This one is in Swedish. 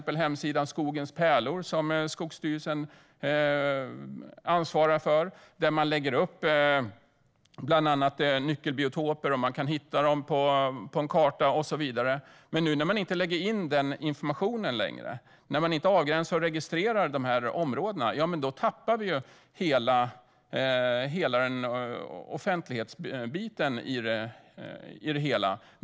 På hemsidan Skogens pärlor som Skogsstyrelsen ansvarar för lägger man upp bland annat nyckelbiotoper - man kan hitta dem på en karta. Men nu när man inte längre lägger in den informationen och inte avgränsar och registrerar de här områdena tappar vi offentlighetsbiten i det hela.